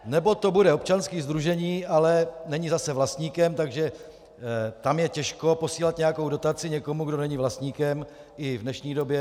Nebo to bude občanské sdružení, ale není zase vlastníkem, takže tam je těžko posílat nějakou dotaci někomu, kdo není vlastníkem, i v dnešní době.